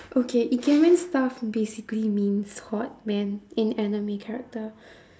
okay ikemen stuff basically means hot man in anime character